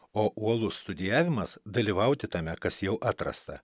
o uolus studijavimas dalyvauti tame kas jau atrasta